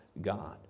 God